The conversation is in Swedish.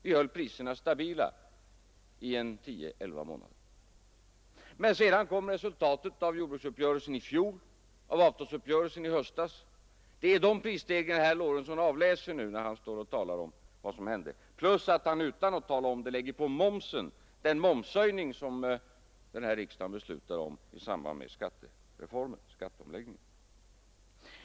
Vi höll priserna stabila i tio, elva månader. Men sedan kom resultatet av jordbruksuppgörelsen och avtalet om lönerna. Det är dessa prisstegringar herr Lorentzon avläser nu, när han talar om vad som hände. Utan att tala om det lägger han också på den momshöjning som riksdagen fattade beslut om i samband med skatteomläggningen.